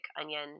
onion